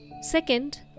Second